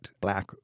black